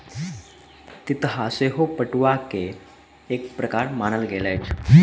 तितहा सेहो पटुआ के एक प्रकार मानल गेल अछि